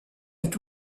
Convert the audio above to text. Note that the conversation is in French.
est